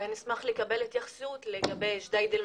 ואשמח לקבל התייחסות לגבי ג'דיידה מכר.